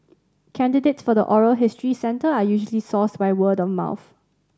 candidates for the oral history centre are usually sourced by word of mouth